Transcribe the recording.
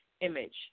image